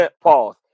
Pause